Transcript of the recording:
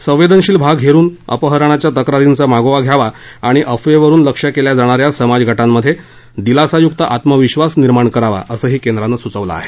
संवेदनशील भाग हेरुन अपहरणाच्या तक्रारींचा मागोवा घ्यावा आणि अफवेवरुन लक्ष्य केल्या जाणा या समाजगटांमध्ये दिलासायुक्त आत्मविश्वास निर्माण करावा असंही केंद्रानं सुचवलं आहे